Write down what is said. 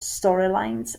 storylines